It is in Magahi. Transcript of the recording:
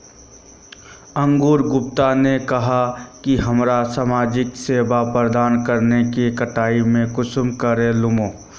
अंकूर गुप्ता ने कहाँ की हमरा समाजिक सेवा प्रदान करने के कटाई में कुंसम करे लेमु?